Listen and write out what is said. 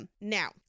now